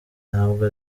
ntabwo